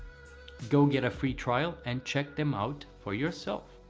go get a free trial and check them out for yourself.